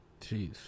Jeez